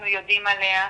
אנחנו יודעים עליה.